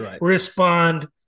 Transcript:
respond